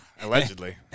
allegedly